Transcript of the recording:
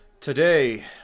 Today